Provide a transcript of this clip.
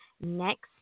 next